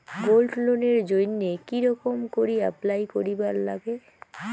Gold লোনের জইন্যে কি রকম করি অ্যাপ্লাই করিবার লাগে?